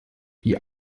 die